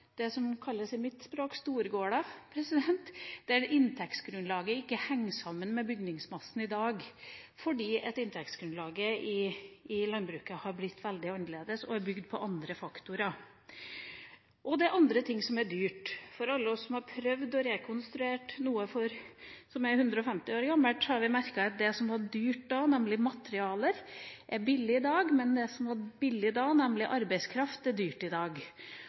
mitt språk kalles storgårder, der inntektsgrunnlaget ikke henger sammen med bygningsmassen i dag, fordi inntektsgrunnlaget i landbruket har blitt veldig annerledes, og er bygd på andre faktorer. Det er andre ting som er dyrt. Alle vi som har prøvd å rekonstruere noe som er 150 år gammelt, har merket at det som var dyrt da, nemlig materialer, er billig i dag, mens det som var billig da, nemlig arbeidskraft, er dyrt i dag.